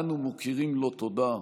אנו מוקירים לו תודה,